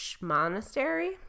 Monastery